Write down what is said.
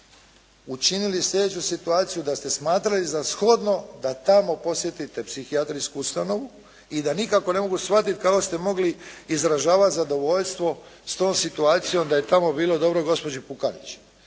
učinili sljedeću situaciju da ste smatrali za shodno da tamo posjetite psihijatrijsku ustanovu i da nikako ne mogu shvatiti kako ste mogli izražavati zadovoljstvo s tom situacijom da je tamo bilo dobro gospođi Pukanić.